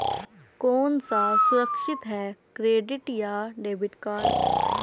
कौन सा सुरक्षित है क्रेडिट या डेबिट कार्ड?